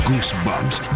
Goosebumps